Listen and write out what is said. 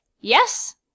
Yes